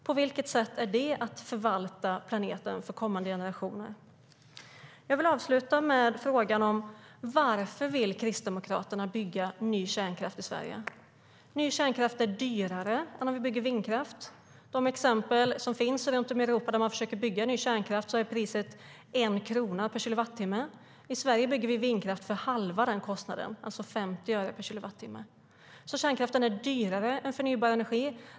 På vilket sätt är det att förvalta planeten för kommande generationer? Kärnkraften är dyrare än förnybar energi.